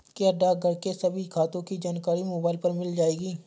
क्या डाकघर के सभी खातों की जानकारी मोबाइल पर मिल जाएगी?